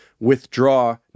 withdraw